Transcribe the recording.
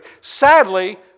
Sadly